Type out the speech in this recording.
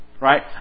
right